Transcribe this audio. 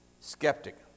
skeptic